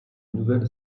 nouvelle